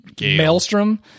maelstrom